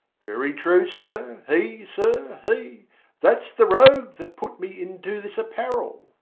very true, sir he, sir, he that's the rogue that put me into this apparel.